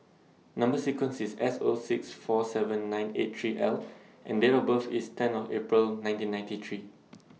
Number sequence IS S O six four seven nine eight three L and Date of birth IS ten of April nineteen ninety three